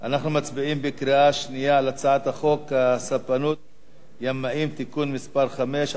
אנחנו מצביעים בקריאה שנייה על הצעת חוק הספנות (ימאים) (תיקון מס' 5),